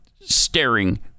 staring